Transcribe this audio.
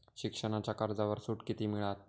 शिक्षणाच्या कर्जावर सूट किती मिळात?